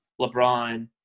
LeBron